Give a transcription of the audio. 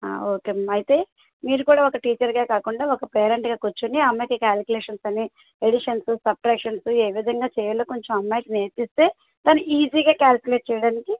okay అండి అయితే మీరు కూడా ఒక టీచర్గా కాకుండా ఒక పేరెంటుగా కూర్చోని ఆ అమ్మాయికి క్యాలికులేషన్స్ అని ఎడిషన్స్ సబ్స్ట్రాక్షన్స్ ఏ విధంగా చేయాలో కొంచెం ఆ అమ్మాయికి నేర్పిస్తే తను ఈజీగా క్యాలికులేట్ చేయడానికి